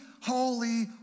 holy